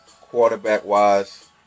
Quarterback-wise